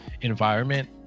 environment